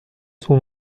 suo